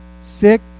sick